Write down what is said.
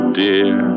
dear